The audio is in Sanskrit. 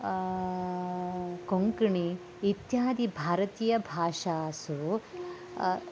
कोङ्कणि इत्यादि भारतीयभाषासु